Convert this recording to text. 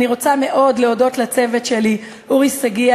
אני רוצה מאוד להודות לצוות שלי: אורי שגיא,